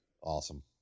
Awesome